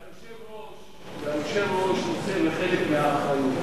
והיושב-ראש נושא בחלק מהאחריות,